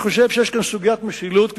אני חושב שיש כאן סוגיית משילות,